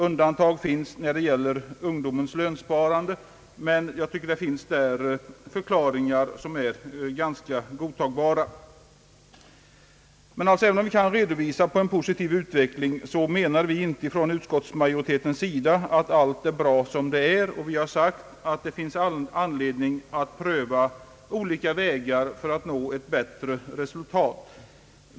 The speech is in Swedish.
Undantag finns när det gäller ungdomens lönsparande, men jag anser att där finns ganska godtagbara förklaringar. Men även om vi kan visa på en positiv utveckling i stort anser utskottsmajoriteten inte för den skull att allt är bra som det är. Vi framhåller att det finns all anledning att pröva olika vägar för att nå ett ännu bättre sparande.